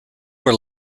were